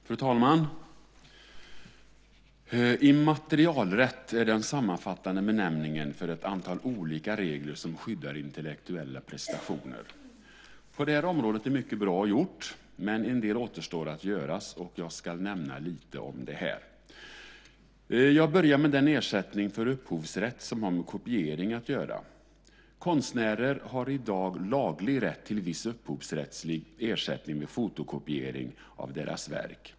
Fru talman! Immaterialrätt är den sammanfattande benämningen på ett antal olika regler som skyddar intellektuella prestationer. På det här området är det mycket som är bra gjort, men en del återstår att göra, och jag ska nämna lite om det här. Jag börjar med den ersättning för upphovsrätt som har med kopiering att göra. Konstnärer har i dag laglig rätt till viss upphovsrättslig ersättning vid fotokopiering av deras verk.